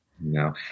No